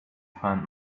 find